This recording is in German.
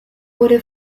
wurde